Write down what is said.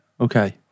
Okay